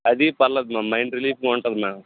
అదీ పర్లేదు ma'am mind రిలీఫ్గా ఉంటుంది మ్యామ్